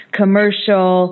commercial